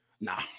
Nah